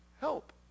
help